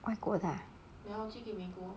外国的 ah